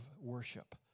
worship